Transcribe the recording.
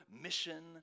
mission